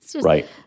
Right